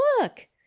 look